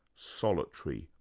solitary,